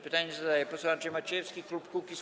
Pytanie zadaje poseł Andrzej Maciejewski, klub Kukiz’15.